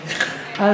כן.